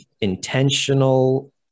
intentional